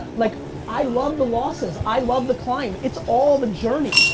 like i love the losses. i love the climb. it's all the journey.